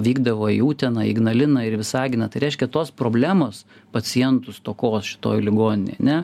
vykdavo į uteną ignaliną ir visaginą tai reiškia tos problemos pacientų stokos šitoj ligoninėj ar ne